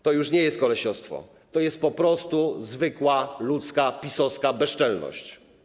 To już nie jest kolesiostwo, to jest po prostu zwykła, ludzka, PiS-owska bezczelność.